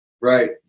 Right